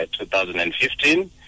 2015